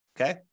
okay